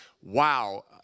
wow